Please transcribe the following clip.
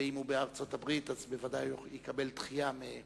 ואם הוא בארצות-הברית אז בוודאי הוא יקבל דחייה מהכנסת,